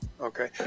Okay